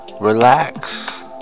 relax